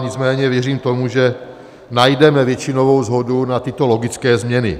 Nicméně věřím tomu, že najdeme většinovou shodu na tyto logické změny.